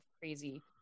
crazy